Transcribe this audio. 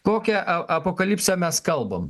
kokią apokalipsę mes kalbam